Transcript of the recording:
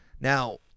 Now